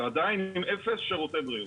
ועדיין עם אפס שירותי בריאות.